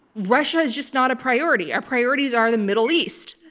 russia is just not a priority. our priorities are the middle east.